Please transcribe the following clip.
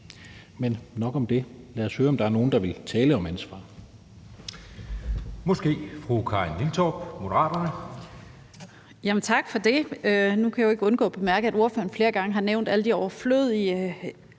Men nok om det. Lad os høre, om der er nogen, der vil tale om ansvar.